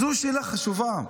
זאת שאלה חשובה.